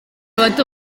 bato